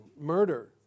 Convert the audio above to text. murder